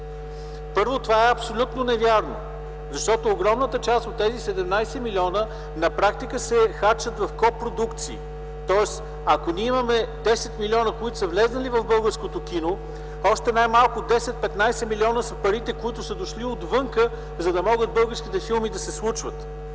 Първо, това е абсолютно невярно, защото огромната част от тези 17 милиона на практика се харчат в копродукции. Ако ние имаме 10 милиона, които са влезли в българското кино, още най-малко 10-15 милиона са парите, които са дошли отвън, за да могат българските филми да се случват.